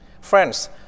Friends